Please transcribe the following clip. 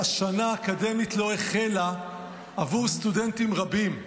לא החלה עבור סטודנטים רבים.